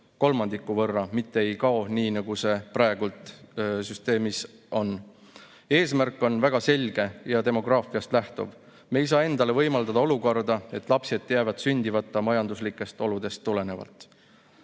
kolmandiku võrra, mitte ei kao, nii nagu see praeguses süsteemis on. Eesmärk on väga selge ja demograafiast lähtuv. Me ei saa endale võimaldada olukorda, et lapsed jäävad sündimata majanduslikest oludest tulenevalt.